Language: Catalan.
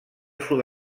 sud